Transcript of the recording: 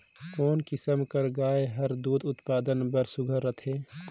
कोन किसम कर गाय हर दूध उत्पादन बर सुघ्घर रथे?